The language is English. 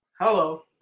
Hello